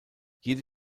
jede